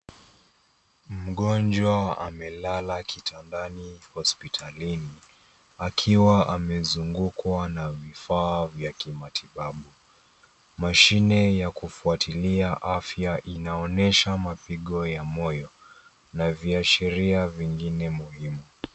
Mgonjwa amelala kitandani hospitalini, akiwa amezungukwa na vifaa vya kimatibabu. Mashine ya kufuatilia afya inaonyesha mapigo ya moyo na viashiria vingine muhimu.